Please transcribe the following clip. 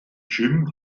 jim